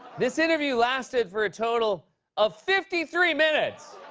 this interview lasted for a total of fifty three minutes!